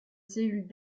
cellules